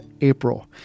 April